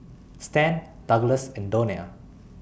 Stan Douglass and Donia